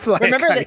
remember